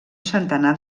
centenar